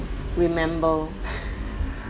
remember